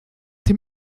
dem